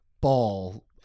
ball